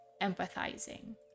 empathizing